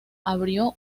abrió